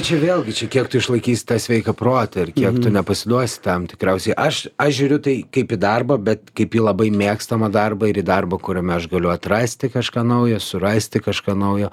čia vėlgi čia kiek tu išlaikysi tą sveiką protą ir kiek tu nepasiduosi tam tikriausiai aš aš žiūriu tai kaip į darbą bet kaip į labai mėgstamą darbą ir į darbą kuriame aš galiu atrasti kažką naujo surasti kažką naujo